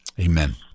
Amen